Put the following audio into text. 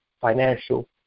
financial